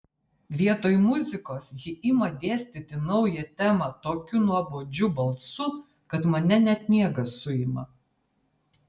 vietoj muzikos ji ima dėstyti naują temą tokiu nuobodžiu balsu kad mane net miegas suima